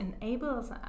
enables